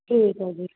ਠੀਕ ਹੈ ਜੀ